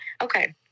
okay